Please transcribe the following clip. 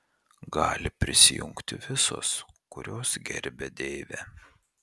gali prisijungti visos kurios gerbia deivę